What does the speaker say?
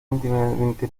íntimamente